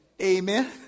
Amen